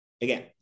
Again